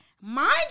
Mind